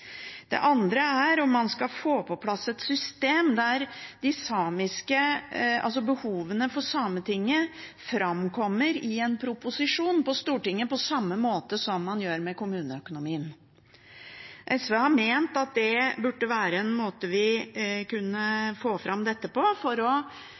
Det andre er om man skal få på plass et system der Sametingets behov framkommer i en proposisjon til Stortinget, på samme måte som man gjør med kommuneøkonomien. SV har ment at det burde være en måte vi